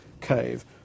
cave